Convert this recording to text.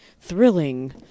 thrilling